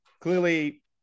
clearly